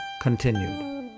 continued